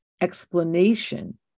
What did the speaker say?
explanation